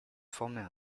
former